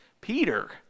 Peter